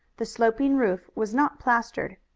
the sloping roof was not plastered.